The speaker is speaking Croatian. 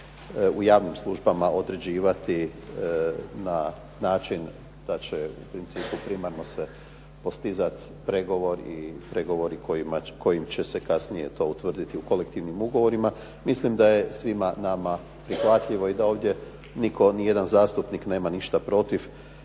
u javnim službama određivati na način da će u principu primarno se postizat pregovori kojim će se kasnije to utvrditi u kolektivnim ugovorima mislim da je svima nama prihvatljivo i da ovdje nitko, nijedan zastupnik nema ništa protiv